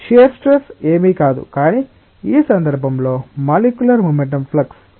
shear stress ఏమీ కాదు కానీ ఈ సందర్భంలో మాలిక్యులర్ మొమెంటం ఫ్లక్స్